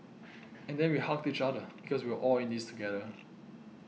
and then we hugged each other because we were all in this together